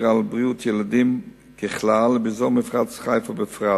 על בריאות ילדים בכלל ובאזור מפרץ חיפה בפרט.